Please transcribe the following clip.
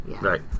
Right